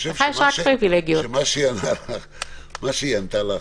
חושב שמה שהיא ענתה לך,